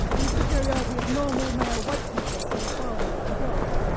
and the superiority of normal male white people over foreigners and girls.